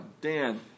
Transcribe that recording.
Dan